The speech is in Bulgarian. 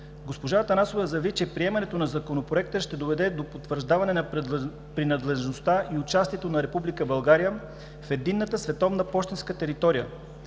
Госпожа Атанасова заяви, че приемането на Законопроекта ще доведе до потвърждаване на принадлежността и участието на Република България в единната световна пощенска територия,